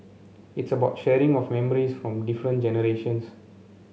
it's about sharing of memories from different generations